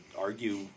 argue